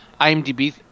IMDb